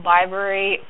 Library